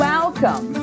Welcome